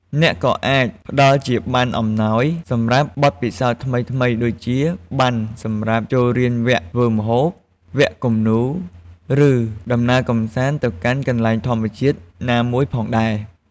អ្នកក៏អាចផ្តល់ជាប័ណ្ណអំណោយសម្រាប់បទពិសោធន៍ថ្មីៗ ដូចជា ប័ណ្ណសម្រាប់ចូលរៀនវគ្គធ្វើម្ហូប វគ្គគំនូរ ឬដំណើរកម្សាន្តទៅកាន់កន្លែងធម្មជាតិណាមួយផងដែរ។